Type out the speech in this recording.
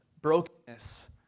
brokenness